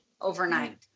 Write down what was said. overnight